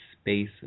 space